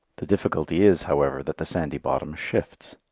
the difficulty is, however, that the sandy bottom shifts.